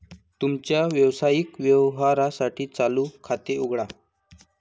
तुमच्या व्यावसायिक व्यवहारांसाठी चालू खाते उघडा